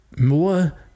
more